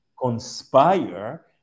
conspire